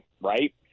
right